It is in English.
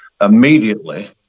immediately